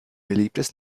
beliebtes